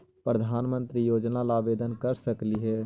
प्रधानमंत्री योजना ला आवेदन कर सकली हे?